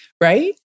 right